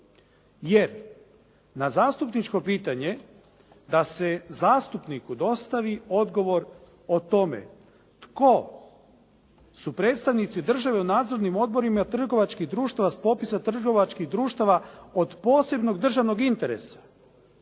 Jer, na zastupničko pitanje da se zastupniku dostavi odgovor o tome tko su predstavnici države u nadzornim odborima trgovačkih društava s popisa trgovačkih društava od posebnog državnog interesa